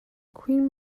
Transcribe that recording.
queen